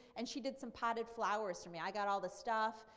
and she did some potted flowers for me. i got all the stuff,